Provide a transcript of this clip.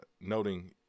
noting